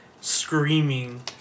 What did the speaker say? Screaming